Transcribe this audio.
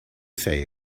say